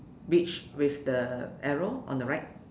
beach with the arrow on the right